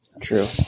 True